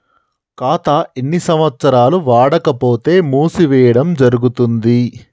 ఖాతా ఎన్ని సంవత్సరాలు వాడకపోతే మూసివేయడం జరుగుతుంది?